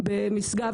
במשגב,